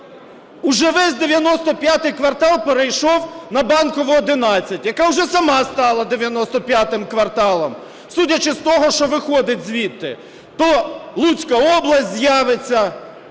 Уже весь "95 квартал" перейшов на Банкову, 11, яка вже сама стала "95 кварталом", судячи з того, що виходить звідти: то Луцька область з'явиться,